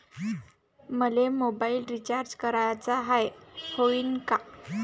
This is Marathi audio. मले मोबाईल रिचार्ज कराचा हाय, होईनं का?